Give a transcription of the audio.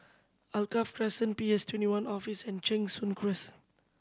Alkaff Crescent PS twenty one Office and Cheng Soon Crescent